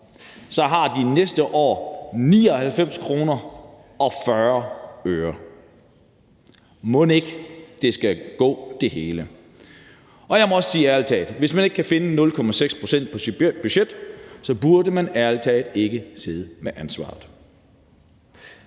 så har de næste år 99 kr. og 40 øre. Mon ikke, at det hele skal gå? Jeg må også sige, at hvis man ikke kan finde 0,6 pct. på sit budget, så burde man ærlig talt ikke sidde med ansvaret.